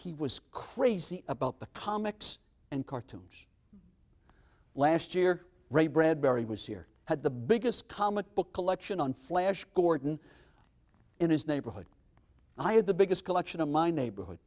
he was crazy about the comics and cartoons last year ray bradbury was here had the biggest comic book collection on flash gordon in his neighborhood i had the biggest collection of my neighborhood